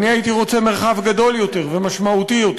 הייתי רוצה מרחב גדול יותר ומשמעותי יותר,